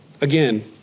Again